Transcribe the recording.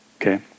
okay